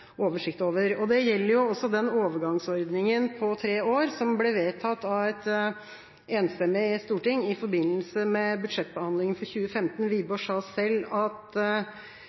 oversikt over. Det gjelder også den overgangsordninga på tre år, som ble vedtatt av et enstemmig storting i forbindelse med budsjettbehandlinga for 2015. Wiborg sa selv at